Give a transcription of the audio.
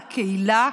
לקהילה,